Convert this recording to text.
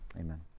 amen